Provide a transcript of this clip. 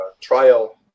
trial